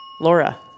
Laura